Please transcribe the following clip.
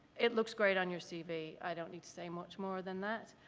it looks great on your cv, i don't need to say much more than that.